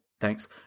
Thanks